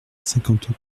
cinquante